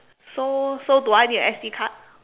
so so do I need a S_D card